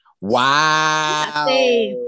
Wow